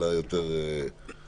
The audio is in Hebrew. אלא יותר רגשות,